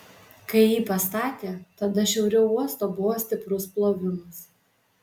kai jį pastatė tada šiauriau uosto buvo stiprus plovimas